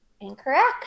Incorrect